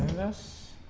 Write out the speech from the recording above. this